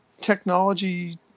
technology